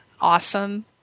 awesome